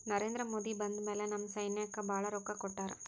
ನರೇಂದ್ರ ಮೋದಿ ಬಂದ್ ಮ್ಯಾಲ ನಮ್ ಸೈನ್ಯಾಕ್ ಭಾಳ ರೊಕ್ಕಾ ಕೊಟ್ಟಾರ